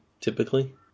typically